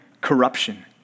corruption